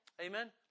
Amen